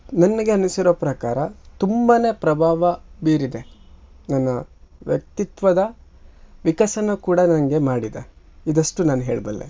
ನನಗೆ ಅನ್ನಿಸಿರೋ ಪ್ರಕಾರ ತುಂಬಾ ಪ್ರಭಾವ ಬೀರಿದೆ ನನ್ನ ವ್ಯಕ್ತಿತ್ವದ ವಿಕಸನ ಕೂಡ ನನಗೆ ಮಾಡಿದೆ ಇದಷ್ಟು ನಾನು ಹೇಳಬಲ್ಲೆ